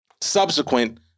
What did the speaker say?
subsequent